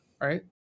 right